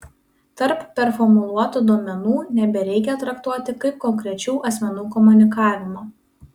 taip performuluotų duomenų nebereikia traktuoti kaip konkrečių asmenų komunikavimo